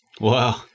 Wow